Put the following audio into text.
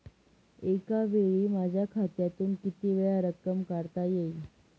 एकावेळी माझ्या खात्यातून कितीवेळा रक्कम काढता येईल?